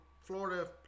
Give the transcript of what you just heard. Florida